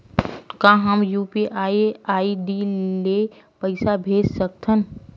का हम UPI ID ले पईसा भेज सकथन?